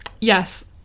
Yes